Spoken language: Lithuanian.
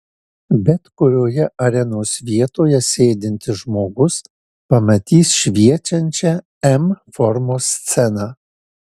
bet kurioje arenos vietoje sėdintis žmogus pamatys šviečiančią m formos sceną